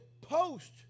post